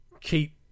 keep